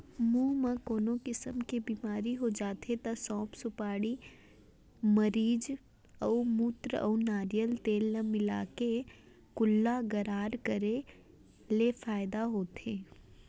मुंह म कोनो किसम के बेमारी हो जाथे त सौंठ, सुपारी, मरीच, गउमूत्र अउ नरियर तेल ल मिलाके कुल्ला गरारा करे ले फायदा होथे